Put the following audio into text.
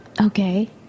Okay